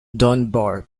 dunbar